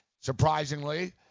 surprisingly